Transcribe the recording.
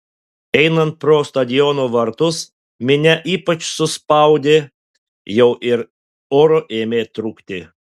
einant pro stadiono vartus minia ypač suspaudė jau ir oro ėmė trūkti